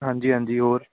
ਹਾਂਜੀ ਹਾਂਜੀ ਔਰ